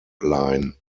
line